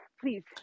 please